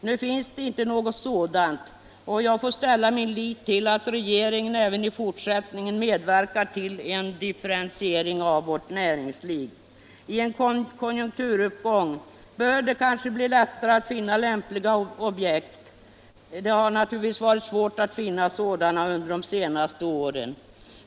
Nu finns det inte något sådant, och jag får sätta min lit till att regeringen även i fortsättningen medverkar till en differentiering av vårt näringsliv. I en konjunkturuppgång bör det bli lättare att finna lämpliga objekt. Det har naturligtvis varit svårt att finna sådana under de senaste åren.